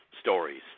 stories